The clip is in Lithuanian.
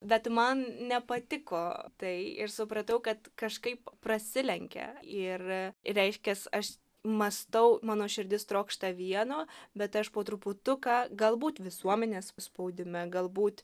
bet man nepatiko tai ir supratau kad kažkaip prasilenkia ir reiškias aš mąstau mano širdis trokšta vieno bet aš po truputuką galbūt visuomenės spaudime galbūt